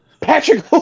Patrick